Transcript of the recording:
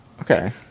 okay